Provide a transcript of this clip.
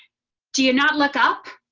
do you not look up